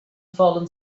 fallen